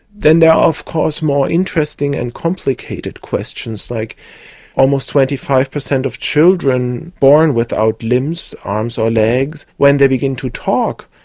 then there are of course more interesting and complicated questions, like almost twenty five percent of children born without limbs, arms or legs, when they begin to talk,